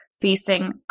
facing